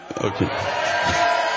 Okay